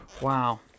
Wow